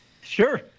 Sure